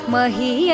Mahi